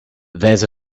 there’s